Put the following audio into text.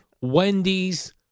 Wendy's